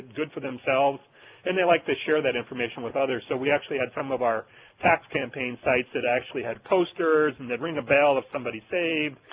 good for themselves and they like to share that information with others. so we actually had some of our tax campaign sites that actually had posters and they'd ring a bell if somebody saved,